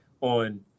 on